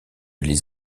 les